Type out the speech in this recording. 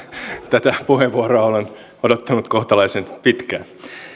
tätä puheenvuoroa olen odottanut kohtalaisen pitkään